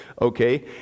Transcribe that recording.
okay